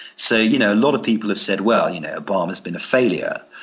so you know a lot of people have said, well, you know, obama's been a failure.